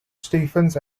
stephens